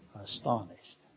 astonished